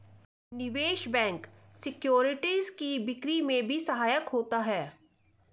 निवेश bank securities की बिक्री में भी सहायक होते हैं